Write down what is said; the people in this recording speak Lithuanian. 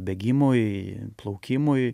bėgimui plaukimui